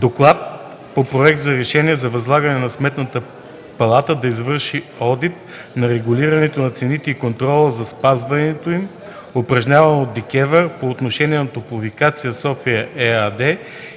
точката „Проект за решение за възлагане на Сметната палата да извърши одит на регулирането на цените и контрола за спазването им, упражняван от ДКЕВР по отношение на „Топлофикация София” ЕАД